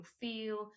feel